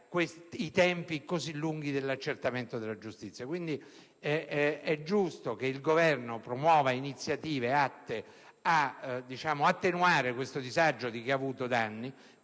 i tempi lunghi dell'accertamento della giustizia. È giusto che il Governo promuova iniziative atte ad attenuare il disagio di chi ha avuto danni